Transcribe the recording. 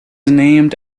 named